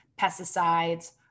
pesticides